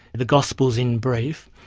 the gospels in brief,